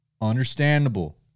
understandable